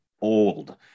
old